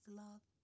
love